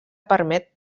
permet